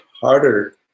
harder